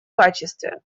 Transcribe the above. качестве